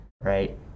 right